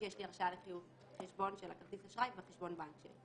יש לי הרשאה לחיוב חשבון של כרטיס האשראי וחשבון הבנק שלי.